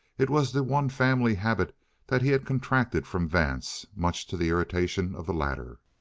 it was the one family habit that he had contracted from vance, much to the irritation of the latter.